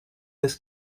this